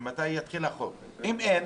אם אין,